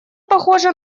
похожа